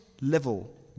level